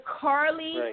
Carly